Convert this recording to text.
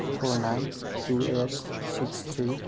four nine two eight six three